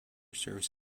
serves